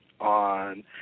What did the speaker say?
on